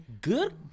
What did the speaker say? Good